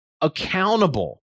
accountable